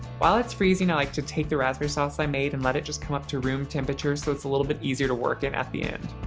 while it's freezing, i like to take the raspberry sauce i made and let it just come up to room temperature so it's a little bit easier to work in at the end.